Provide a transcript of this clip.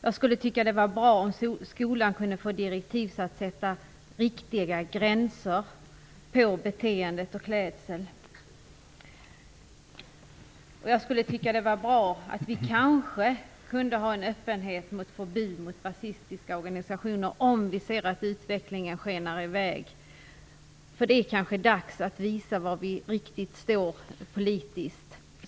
Jag skulle tycka att det vore bra om skolan kunde få direktiv så att man kan sätta riktiga gränser för beteende och klädsel. Jag skulle tycka att det vore bra om vi kanske kunde vara öppna för ett förbud mot rasistiska organisationer om vi ser att utvecklingen skenar iväg. Det är kanske dags att verkligen visa var vi står politiskt.